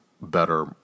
better